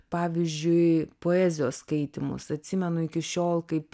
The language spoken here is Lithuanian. pavyzdžiui poezijos skaitymus atsimenu iki šiol kaip